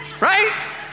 right